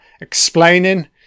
explaining